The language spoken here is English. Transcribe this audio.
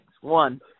One